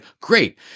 great